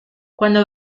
cuando